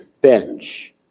bench